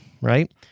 right